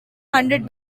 hundred